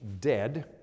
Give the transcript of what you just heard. dead